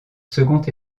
second